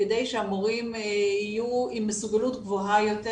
כדי שהמורים יהיו עם מסוגלות גבוהה יותר